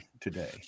today